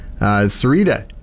Sarita